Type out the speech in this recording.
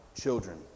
children